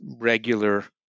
regular